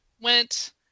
went